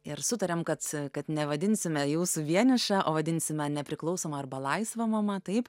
ir sutariam kads kad nevadinsime jūsų vieniša o vadinsime nepriklausoma arba laisva mama taip